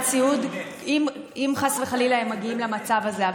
סיעוד אם חס וחלילה הם מגיעים למצב הזה.